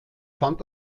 fand